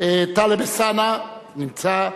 טלב אלסאנע, נמצא.